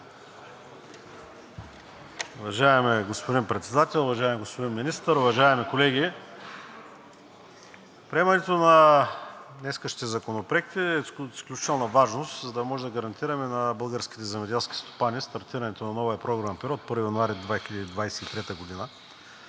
Уважаеми господин Председател, уважаеми господин Министър, уважаеми колеги! Приемането на днешните законопроекти е изключително важно, за да можем да гарантираме на българските земеделски стопани стартирането на новия програмен период от 1 януари 2023 г.